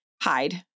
hide